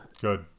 Good